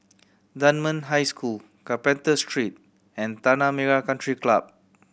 Dunman High School Carpenter Street and Tanah Merah Country Club